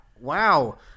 wow